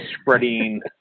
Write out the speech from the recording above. spreading